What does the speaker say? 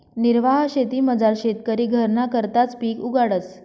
निर्वाह शेतीमझार शेतकरी घरना करताच पिक उगाडस